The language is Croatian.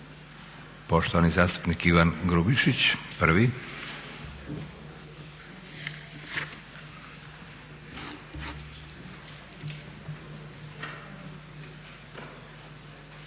Poštovani zastupnik Ivan Grubišić, prvi.